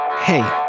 Hey